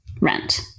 rent